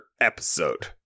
episode